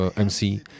MC